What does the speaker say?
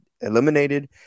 eliminated